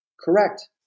correct